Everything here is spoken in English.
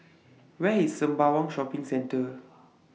Where IS Sembawang Shopping Centre